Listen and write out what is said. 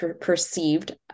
perceived